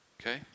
Okay